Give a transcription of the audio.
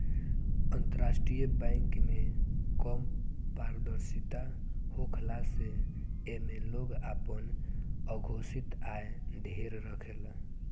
अंतरराष्ट्रीय बैंक में कम पारदर्शिता होखला से एमे लोग आपन अघोषित आय ढेर रखेला